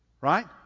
right